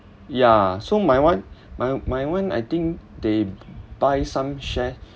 yeah so my one my my one I think they b~ buy some share